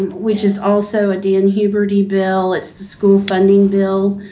which is also a dan huberty bill. it's the school funding bill.